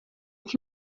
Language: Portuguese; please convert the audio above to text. que